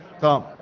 Tom